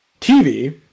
TV